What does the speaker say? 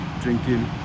drinking